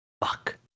Fuck